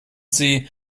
sie